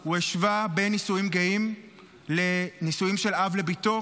הוא השווה בין נישואים גאים לנישואים של אב לבתו